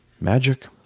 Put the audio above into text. magic